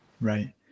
Right